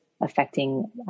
affecting